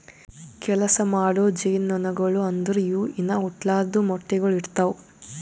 ಕೆಲಸ ಮಾಡೋ ಜೇನುನೊಣಗೊಳು ಅಂದುರ್ ಇವು ಇನಾ ಹುಟ್ಲಾರ್ದು ಮೊಟ್ಟೆಗೊಳ್ ಇಡ್ತಾವ್